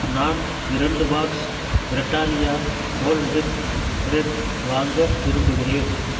நான் இரண்டு box Britannia whole wheat bread வாங்க விரும்புகிறேன்